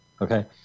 okay